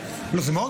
זה פחות מעניין.